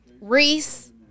Reese